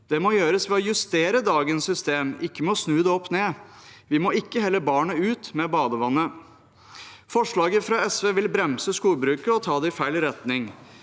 Det må gjøres ved å justere dagens system, ikke ved å snu det opp ned. Vi må ikke helle barnet ut med badevannet. Forslaget fra SV vil bremse skogbruket og ta det i feil retning.